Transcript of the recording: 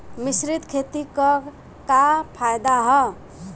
मिश्रित खेती क का फायदा ह?